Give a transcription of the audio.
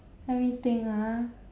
let me think ah mm